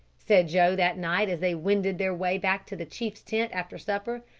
said joe that night as they wended their way back to the chief's tent after supper.